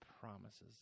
promises